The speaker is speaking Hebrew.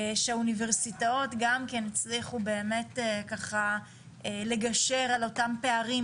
שהאוניברסיטאות גם כן הצליחו באמת לגשר על אותם פערים,